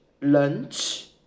lunch